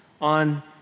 on